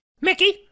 Mickey